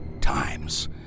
times